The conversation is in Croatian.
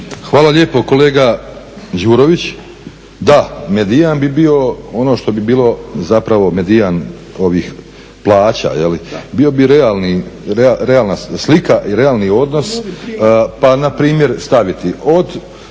Hvala lijepo kolega Đurović. Da, medijan bi bio ono što bi bilo zapravo medijan ovih plaća, bio bi realna slika i realni odnos. Pa npr. staviti od,